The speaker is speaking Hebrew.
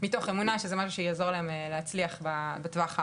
מתוך אמונה שזה מה שיעזור להם להצליח בטווח הארוך.